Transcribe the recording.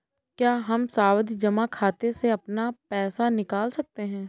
क्या हम सावधि जमा खाते से अपना पैसा निकाल सकते हैं?